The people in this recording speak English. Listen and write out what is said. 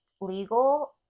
legal